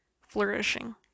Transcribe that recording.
flourishing